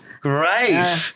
Great